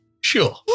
Sure